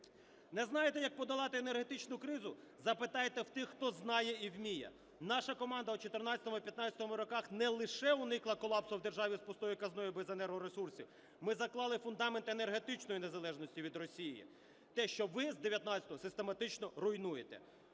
Не знаєте, як подолати енергетичну кризу, запитайте в тих, хто знає і вміє. Наша команда в 2014-2015 роках не лише уникла колапсу в державі з пустою казною, без енергоресурсів - ми заклали фундамент енергетичної незалежності від Росії, те, що ви з 19-го систематично руйнуєте.